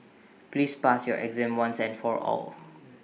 please pass your exam once and for all